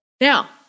Now